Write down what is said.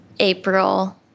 April